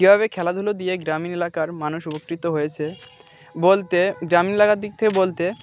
কীভাবে খেলাধুলো দিয়ে গ্রামীণ এলাকার মানুষ উপকৃত হয়েছে বলতে গ্রামীণ এলাকার দিক থেকে বলতে